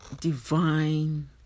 divine